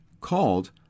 called